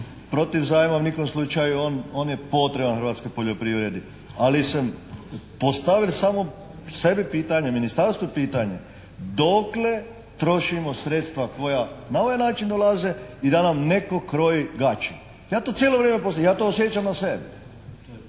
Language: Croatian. Protiv zajma ni u kojem slučaju, on je potreban hrvatskoj poljoprivredi, ali sam postavio samo sebi pitanje, ministarstvu pitanje, dokle trošimo sredstva koja na ovaj način dolaze i da nam netko kroji gaće. Ja to cijelo vrijeme…, ja to osjećam na sebi.